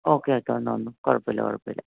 okay കാണാൻ വന്നോ കുഴപ്പമില്ല കുഴപ്പമില്ല